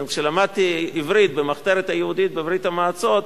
כשלמדתי עברית במחתרת היהודית בברית-המועצות,